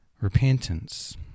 repentance